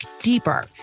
deeper